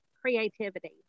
creativity